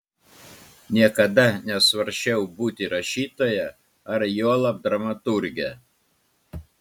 niekada nesvarsčiau būti rašytoja ar juolab dramaturge